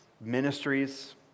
ministries